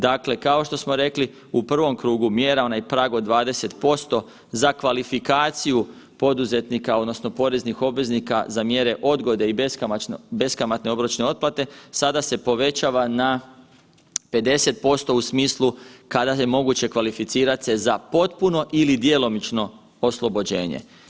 Dakle, kao što smo rekli, u prvom krugu mjera onaj prag od 20% za kvalifikaciju poduzetnika odnosno poreznih obveznika za mjere odgode i beskamatne obročne otplate sada se povećava na 50% u smislu kada je moguće kvalificirat se za potpuno ili djelomično oslobođenje.